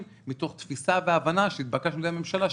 מתוך תפיסה והבנה שהתבקשנו על-ידי הממשלה,